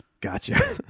gotcha